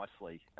nicely